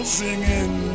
singing